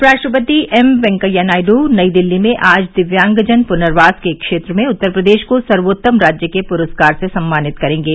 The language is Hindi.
उप राष्ट्रपति एम वेंकैया नायडू नई दिल्ली में आज दिव्यांगजन पुनर्वास के क्षेत्र में उत्तर प्रदेश को सर्वोत्तम राज्य के पुरस्कार से सम्मानित करेंगे